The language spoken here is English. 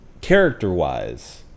character-wise